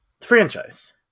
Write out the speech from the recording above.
Franchise